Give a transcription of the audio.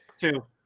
Two